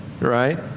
right